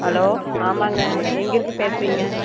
hello ஆமாங்க எங்கேருந்து பேசுகிறீங்க